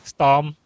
Storm